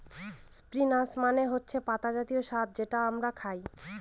spinach মানে হচ্ছে পাতা জাতীয় শাক যেটা আমরা খায়